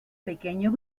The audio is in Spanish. pequeño